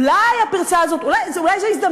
אולי הפרצה הזאת היא הזדמנות?